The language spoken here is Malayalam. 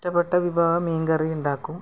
ഇഷ്ടപ്പെട്ട വിഭവം മീൻ കറി ഉണ്ടാക്കും